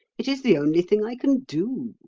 it is the only thing i can do.